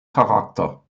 charakter